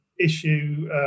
issue